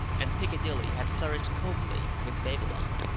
and piccadilly had flourished coevally with babylon,